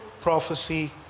prophecy